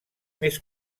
més